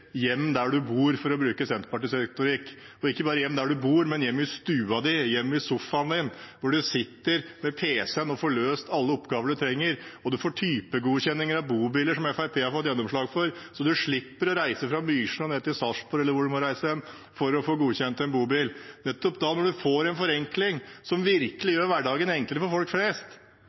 hjem der man bor, for å bruke Senterpartiets retorikk, og ikke bare hjem der man bor, men hjem i stua si, hjem i sofaen sin, hvor man sitter ved pc-en og får løst alle oppgaver man trenger. Man kan typegodkjenne bobiler, som Fremskrittspartiet har fått gjennomslag for, så man slipper å reise fra Mysen til Sarpsborg, eller hvor man må reise hen, for å få godkjent en bobil. Når det blir en forenkling som virkelig gjør hverdagen enklere for folk flest,